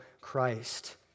Christ